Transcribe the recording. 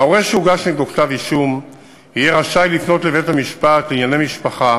ההורה שהוגש נגדו כתב-אישום יהיה רשאי לפנות לבית-המשפט לענייני משפחה